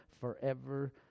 forever